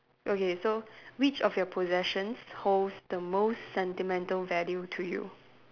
okay so which of your possessions holds the most sentimental value to you